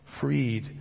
freed